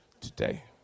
today